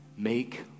make